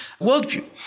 worldview